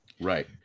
Right